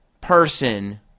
Person